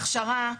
הכשרה,